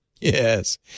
Yes